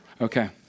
Okay